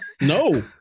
No